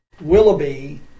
Willoughby